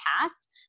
past